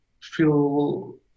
feel